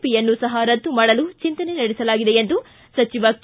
ಪಿಯನ್ನು ಸಹ ರದ್ದು ಮಾಡಲು ಚಿಂತನೆ ನಡೆಸಲಾಗಿದೆ ಎಂದು ಸಚಿವ ಕೆ